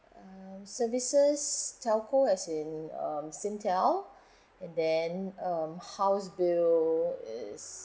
uh services telco as in um Singtel and then um house bill is